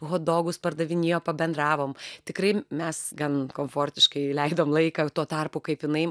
hotdogus pardavinėjo pabendravom tikrai mes gan komfortiškai leidom laiką tuo tarpu kaip jinai